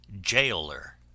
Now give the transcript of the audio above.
Jailer